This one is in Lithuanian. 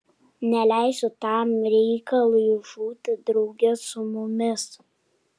neleisiu tam reikalui žūti drauge su mumis